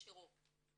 יש ערעור.